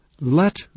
Let